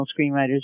screenwriters